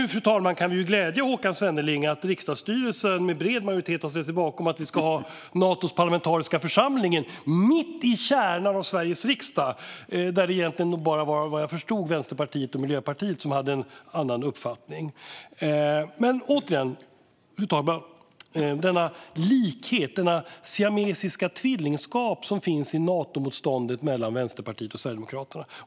Fru talman! Nu kan vi glädja Håkan Svenneling med att riksdagsstyrelsen med bred majoritet har ställt sig bakom att vi ska ha Natos parlamentariska församling mitt i kärnan av Sveriges riksdag. Det var egentligen bara, vad jag förstod, Vänsterpartiet och Miljöpartiet som hade en annan uppfattning. Återigen: Det finns en likhet i Natomotståndet, detta siamesiska tvillingskap mellan Vänsterpartiet och Sverigedemokraterna.